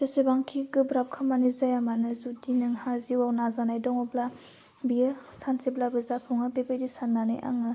जेसेबांखि गोब्राब खामानि जाया मानो जुदि नोंहा जिउवाव नाजानाय दङब्ला बियो सानसेब्लाबो जाफुङो बेबायदि सान्नानै आङो